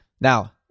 Now